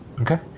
okay